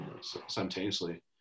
simultaneously